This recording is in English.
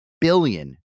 billion